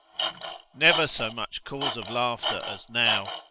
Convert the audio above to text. never so much cause of laughter as now,